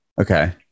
Okay